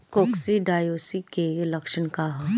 Coccidiosis के लक्षण का ह?